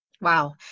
Wow